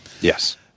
Yes